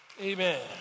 Amen